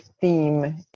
theme